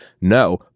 No